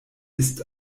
ist